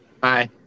Bye